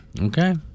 Okay